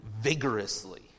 vigorously